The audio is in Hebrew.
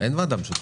אין וועדה משותפת.